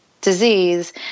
disease